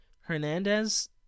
Hernandez